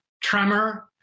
tremor